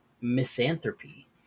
misanthropy